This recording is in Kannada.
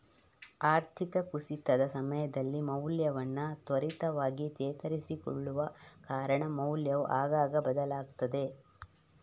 ಆರ್ಥಿಕ ಕುಸಿತದ ಸಮಯದಲ್ಲಿ ಮೌಲ್ಯವನ್ನ ತ್ವರಿತವಾಗಿ ಚೇತರಿಸಿಕೊಳ್ಳುವ ಕಾರಣ ಮೌಲ್ಯವು ಆಗಾಗ ಬದಲಾಗ್ತದೆ